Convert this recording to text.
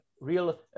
real